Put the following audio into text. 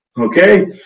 Okay